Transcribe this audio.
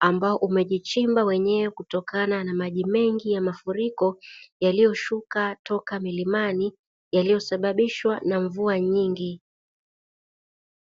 ambao umejichimba wenyewe, kutokana na maji mengi ya mafuriko yaliyoshuka toka milimani yaliyosababishwa na mvua nyingi.